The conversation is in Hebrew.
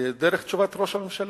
דרך תשובת ראש הממשלה,